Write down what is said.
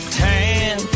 tan